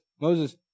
Moses